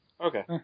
Okay